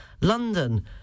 London